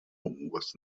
was